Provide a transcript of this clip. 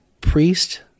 priest